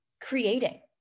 creating